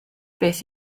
beth